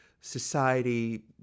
society